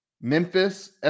Memphis